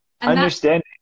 understanding